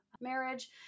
marriage